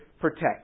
protect